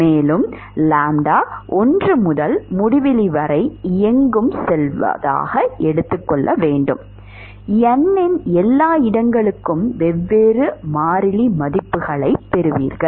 மேலும் லாம்ப்டா 1 முதல் முடிவிலி வரை எங்கும் செல்வதால் n இன் எல்லா இடங்களுக்கும் வெவ்வேறு மாறிலி மதிப்புகளைப் பெறுவீர்கள்